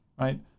right